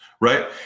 right